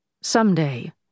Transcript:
someday